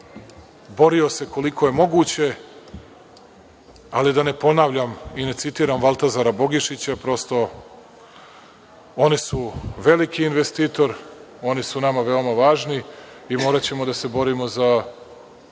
borio se koliko je moguće, ali da ne ponavljam i da ne citiram Baltazara Bogišića, prosto, oni su veliki investitor, oni su nama veoma važni i moraćemo da se borimo za